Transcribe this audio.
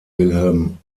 wilhelm